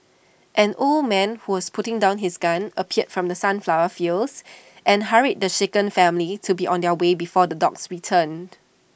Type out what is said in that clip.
an old man who was putting down his gun appeared from the sunflower fields and hurried the shaken family to be on their way before the dogs returned